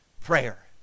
prayer